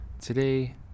today